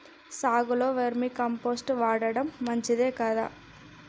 సాగులో vermicompost వాడటం మంచిదే కదా?